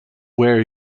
where